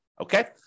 Okay